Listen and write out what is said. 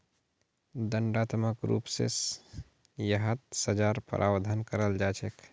दण्डात्मक रूप स यहात सज़ार प्रावधान कराल जा छेक